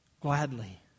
gladly